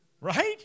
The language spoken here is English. Right